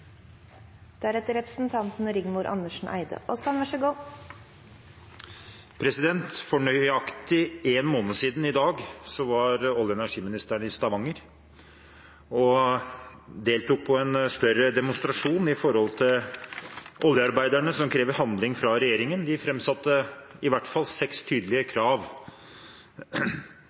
nøyaktig en måned siden i dag var olje- og energiministeren i Stavanger og deltok på en større demonstrasjon fra oljearbeiderne, som krever handling fra regjeringen. De fremsatte i hvert fall seks tydelige